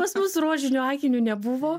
pas mus rožinių akinių nebuvo